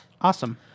Awesome